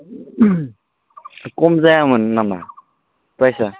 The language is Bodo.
खम जायामोन नामा प्राय्सा